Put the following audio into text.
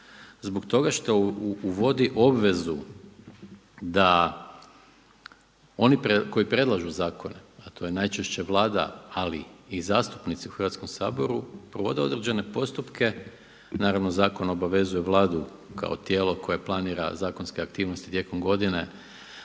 zbog toga što uvodi obvezu da oni koji predlažu zakone, a to je najčešće Vlada ali i zastupnici u Hrvatskom saboru provode određene postupke. Naravno zakon obavezuje Vladu kao tijelo koje planira zakonske aktivnosti tijekom godine